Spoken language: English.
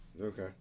Okay